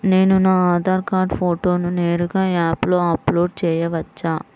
నేను నా ఆధార్ కార్డ్ ఫోటోను నేరుగా యాప్లో అప్లోడ్ చేయవచ్చా?